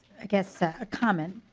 i guess a comment